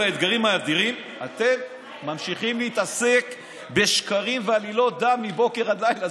האתגרים האדירים אתם ממשיכים להתעסק בשקרים ועלילות דם מבוקר עד לילה.